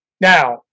Now